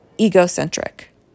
egocentric